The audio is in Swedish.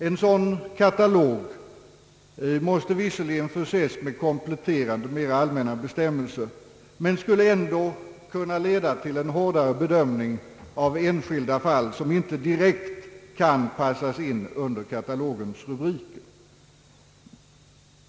En sådan katalog måste visserligen förses med kompletterande, mera allmänna bestämmelser men skulle ändå kunna leda till en hårdare bedömning av enskilda fall, som inte direkt kan passas in under katalogens rubriker.